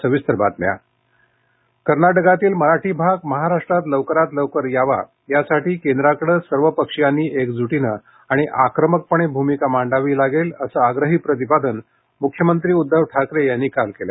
सीमा प्रश्न मख्यमंत्री कर्नाटकातला मराठी भाग महाराष्ट्रात लवकरात लवकर यावा यासाठी केंद्राकडं सर्वपक्षीयांनी एकजूटीने आणि आक्रमकपणे भूमिका मांडावी लागेल असं आग्रही प्रतिपादन मुख्यमंत्री उद्धव ठाकरे यांनी काल केलं